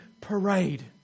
parade